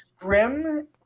grim